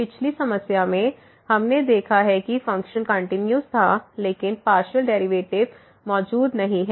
पिछली समस्या में हमने देखा है कि फ़ंक्शन कंटिन्यूस था लेकिन पार्शियल डेरिवेटिव मौजूद नहीं है